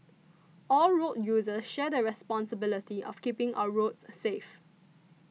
all road users share the responsibility of keeping our roads safe